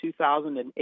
2008